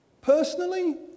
personally